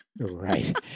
Right